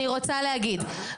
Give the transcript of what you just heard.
אני רוצה להגיד,